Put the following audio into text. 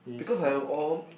because I al~